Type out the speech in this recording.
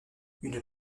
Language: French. une